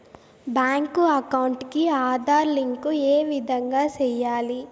Bank account కి Aadhaar link ఏ విధంగా సెయ్యాలి?